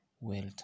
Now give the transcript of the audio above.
Wealth